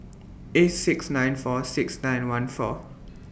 eight six nine four six nine one four